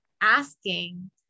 asking